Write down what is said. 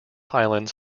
highlands